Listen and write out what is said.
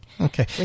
Okay